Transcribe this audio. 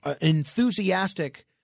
enthusiastic